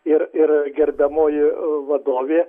ir ir gerbiamoji vadovė